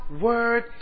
word